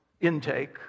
intake